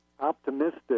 optimistic